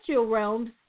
realms